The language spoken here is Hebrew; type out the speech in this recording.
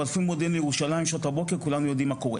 אבל אפילו ממודיעין לירושלים בשעות הבוקר כולנו יודעים מה קורה